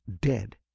dead